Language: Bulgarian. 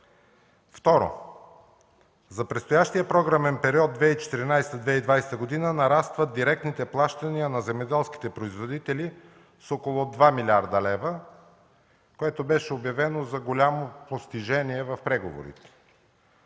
Второ, за предстоящия програмен период 2014-2020 г. нарастват директните плащания на земеделските производители с около 2 млрд. лв., което беше обявено за голямо постижение в преговорите.